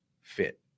fit